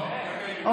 יש הסתייגות אחת.